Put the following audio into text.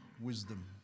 wisdom